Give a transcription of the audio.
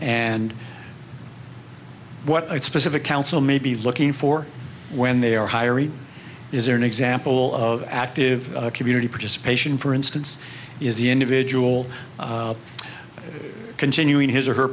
and what specific counsel may be looking for when they are hiring is there an example of active community participation for instance is the individual continuing his or her